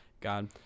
God